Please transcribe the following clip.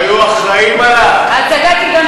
הגירעון הזה נוצר, היו אחראים, ההצגה תיגמר?